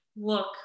look